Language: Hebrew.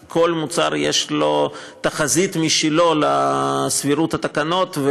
כי כל מוצר יש לו תחזית משלו לסבירות התקלות,